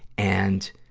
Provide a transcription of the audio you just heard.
and,